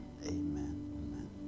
Amen